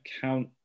count